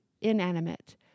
inanimate